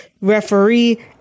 referee